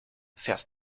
fährst